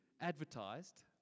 advertised